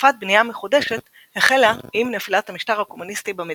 תנופת בנייה מחודשת החלה עם נפילת המשטר הקומוניסטי במדינה.